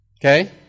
Okay